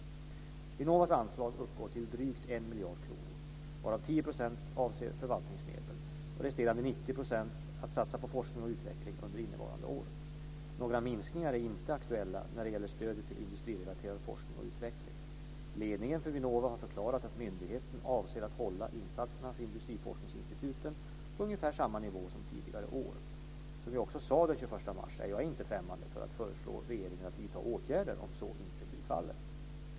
Vinnovas anslag uppgår till drygt 1 miljard kronor, varav 10 % avser förvaltningsmedel och resterande 90 % satsas på forskning och utveckling under innevarande år. Några minskningar är inte aktuella när det gäller stödet till industrirelaterad forskning och utveckling. Ledningen för Vinnova har förklarat att myndigheten avser att hålla insatserna för industriforskningsinstituten på ungefär samma nivå som tidigare år. Som jag också sade den 21 mars är jag inte främmande för att föreslå regeringen att vidta åtgärder om så inte blir fallet.